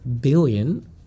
billion